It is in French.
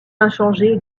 inchangée